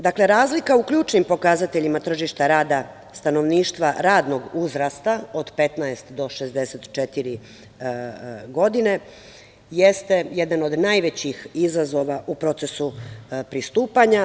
Dakle, razlika u ključnim pokazateljima tržišta rada stanovništva radnog uzrasta od 15 do 64 godine jeste jedan od najvećih izazova u procesu pristupanja.